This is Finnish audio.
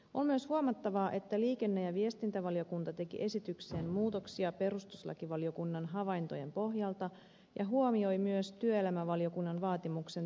on myös huomattavaa että liikenne ja viestintävaliokunta teki esitykseen muutoksia perustuslakivaliokunnan havaintojen pohjalta ja huomioi myös työelämävaliokunnan vaatimuksen tietosuojavaltuutetun lisäresursseista